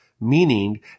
Meaning